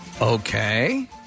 Okay